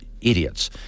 idiots